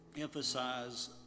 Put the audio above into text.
emphasize